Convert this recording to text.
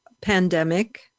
pandemic